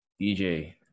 DJ